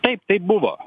kaip tai buvo